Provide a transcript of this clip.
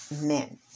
men